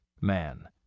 man